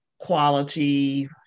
quality